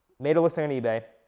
made a listing on ebay,